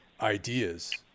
ideas